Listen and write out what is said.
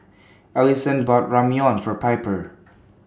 Alyson bought Ramyeon For Piper